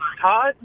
Todd